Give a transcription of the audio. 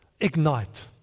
ignite